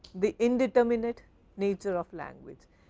the in determinant nature of language,